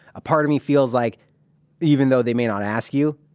a part of me feels like even though they may not ask you,